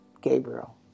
Gabriel